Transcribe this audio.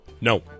No